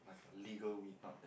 like a legal weed like that